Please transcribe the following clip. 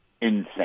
Insane